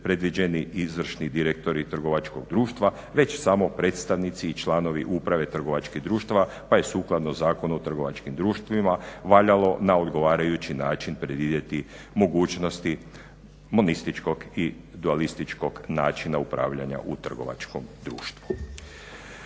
predviđeni izvršni direktori trgovačkog društva već samo predstavnici i članovi uprave trgovačkih društava pa je sukladno zakonu o trgovačkim društvima valjalo na odgovarajući način predvidjeti mogućnosti monističkog i dualističkog načina upravljanja u trgovačkom društvu.